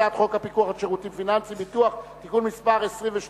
הצעת חוק הפיקוח על שירותים פיננסיים (ביטוח) (תיקון